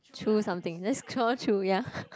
through something that's trawl through ya